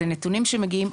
זה נתונים שמגיעים,